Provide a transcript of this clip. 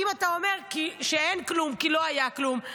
אם אתה אומר שאין כלום כי לא היה כלום,